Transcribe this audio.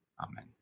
Amen